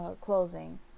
closing